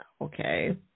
Okay